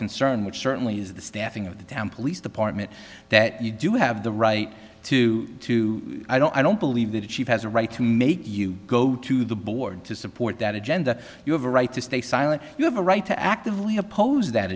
concern which certainly is the staffing of the town police department that you do have the right to to i don't i don't believe that a chief has a right to make you go to the board to support that agenda you have a right to stay silent you have a right to actively oppose that